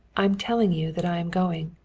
i am telling you that i am going.